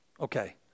Okay